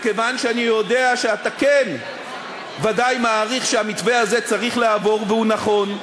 מכיוון שאני יודע שאתה ודאי מעריך שהמתווה הזה צריך לעבור והוא נכון,